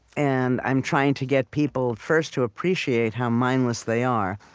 and i'm trying to get people, first, to appreciate how mindless they are,